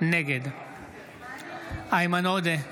נגד איימן עודה,